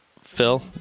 Phil